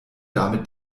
damit